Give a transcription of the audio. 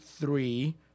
three